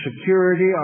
security